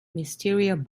mysterious